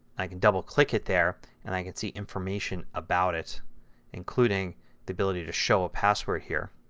i can double click it there and i can see information about it including the ability to show a password here.